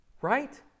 Right